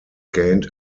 gained